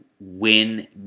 win